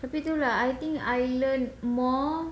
tapi tu lah I think I learn more